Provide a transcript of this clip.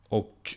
och